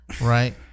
right